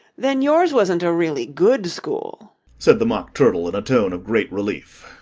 then yours wasn't a really good school said the mock turtle in a tone of great relief.